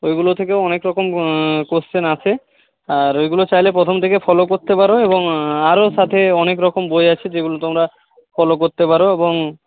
ওইগুলো থেকেও অনেক রকম কোয়েশ্চন আসে আর এইগুলো চাইলে প্রথম থেকে ফলো করতে পারো এবং আরো সাথে অনেকরকম বই আছে যেগুলো তোমরা ফলো করতে পারো এবং